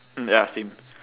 ya same